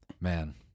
Man